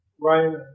Ryan